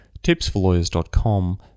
tipsforlawyers.com